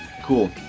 Cool